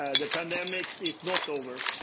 ah the pandemic is not over.